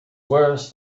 worse